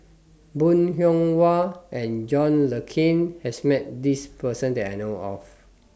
Bong Hiong Hwa and John Le Cain has Met This Person that I know of